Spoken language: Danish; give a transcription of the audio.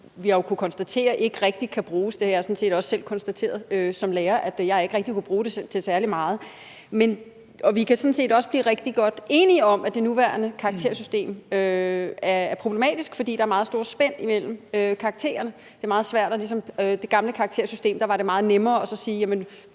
jo har kunnet konstatere ikke rigtig kan bruges. Det har jeg sådan set også selv konstateret som lærer, altså at jeg ikke rigtig kunne bruge det til særlig meget. Vi kan sådan set også godt blive rigtig enige om, at det nuværende karaktersystem er problematisk, fordi der er meget stort spænd imellem karaktererne. Det er meget svært. I det gamle karaktersystem var det meget nemmere at sige: